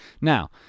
Now